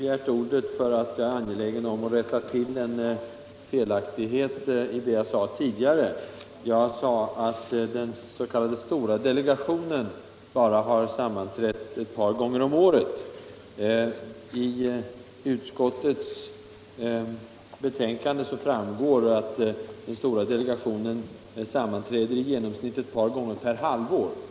Herr talman! Jag är angelägen att rätta till en felaktighet i vad jag sade tidigare när det gäller jämställdhetsdelegationen. Jag sade att den s.k. stora delegationen bara har sammanträtt ett par gånger om året. Av utskottets betänkande framgår att den stora delegationen sammanträder i genomsnitt ett par gånger per halvår.